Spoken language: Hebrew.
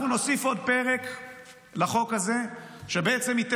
אנחנו נוסיף עוד פרק לחוק הזה שבעצם ייתן